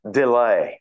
delay